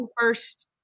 first